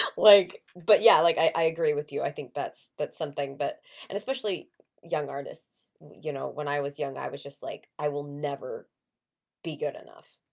like but yeah like i agree with you, i think that's that's something, but and especially young artists, you know, when i was young. i was just like i will never be good enough.